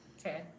Okay